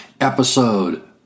episode